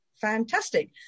fantastic